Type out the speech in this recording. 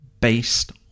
based